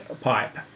pipe